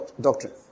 doctrine